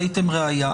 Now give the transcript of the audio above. ראיתם ראיה.